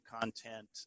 content